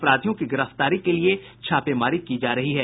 अपराधियों की गिरफ्तारी के लिये छापेमारी की जा रही है